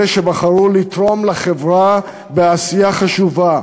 אלה שבחרו לתרום לחברה בעשייה חשובה,